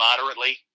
moderately